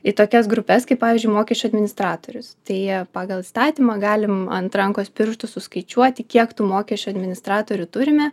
į tokias grupes kaip pavyzdžiui mokesčių administratorius tai pagal įstatymą galim ant rankos pirštų suskaičiuoti kiek tų mokesčių administratorių turime